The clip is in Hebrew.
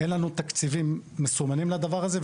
אין לנו תקציבים מסומנים לדבר הזה,